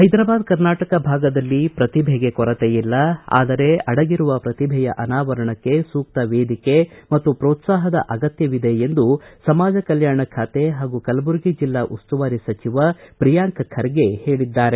ಹೈದ್ರಾಬಾದ ಕರ್ನಾಟಕ ಭಾಗದಲ್ಲಿ ಪ್ರತಿಭೆಗೆ ಕೊರತೆಯಿಲ್ಲ ಆದರೆ ಅಡಗಿರುವ ಪ್ರತಿಭೆಯ ಅನಾವರಣಕ್ಕೆ ಸೂಕ್ತ ವೇದಿಕೆ ಮತ್ತು ಪ್ರೋತ್ಸಾಪದ ಅಗತ್ಯವಿದೆ ಎಂದು ಸಮಾಜ ಕಲ್ಕಾಣ ಖಾತೆ ಹಾಗೂ ಕಲಬುರಗಿ ಜೆಲ್ಲಾ ಉಸ್ತುವಾರಿ ಸಚವ ಪ್ರಿಯಾಂಕ ಖರ್ಗೆ ಹೇಳಿದ್ದಾರೆ